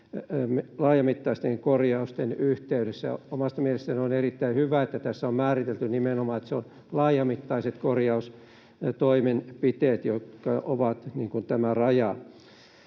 laajamittaisten korjausten yhteydessä. Omasta mielestäni on erittäin hyvä, että tässä on määritelty nimenomaan, että se on laajamittaiset korjaustoimenpiteet, jotka ovat tämä raja.